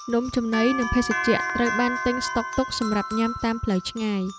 នំចំណី និងភេសជ្ជៈត្រូវបានទិញស្តុកទុកសម្រាប់ញ៉ាំតាមផ្លូវឆ្ងាយ។